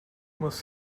must